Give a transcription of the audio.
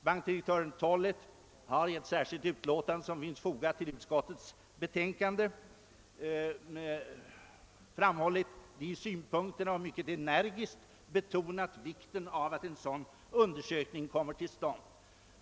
Bankdirektören Åke Tollet har i ett yttrande, som finns fogat till utskottets utlåtande, mycket energiskt framfört dessa synpunkter och betonat vikten av att en undersökning kommer till stånd.